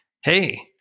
Hey